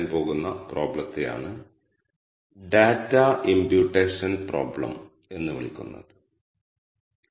ഇതൊരു problem statement ആണ് R ഉപയോഗിച്ച് ഈ കേസ് സ്റ്റഡി എങ്ങനെ പരിഹരിക്കാമെന്ന് നോക്കാം